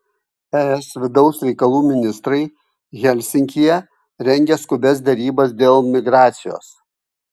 es vidaus reikalų ministrai helsinkyje rengia skubias derybas dėl migracijos